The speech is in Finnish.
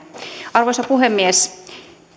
arvoisa puhemies